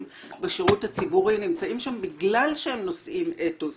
בשירות הציבורי נמצאים שם בגלל שהם נושאים אתוס